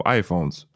iPhones